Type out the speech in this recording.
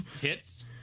Hits